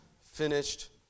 finished